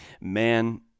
man